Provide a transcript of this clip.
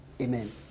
Amen